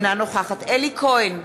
אינה נוכחת אלי כהן,